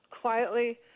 quietly